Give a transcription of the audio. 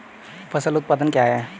फसल उत्पादन क्या है?